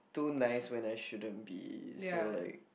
too nice when I shouldn't be so like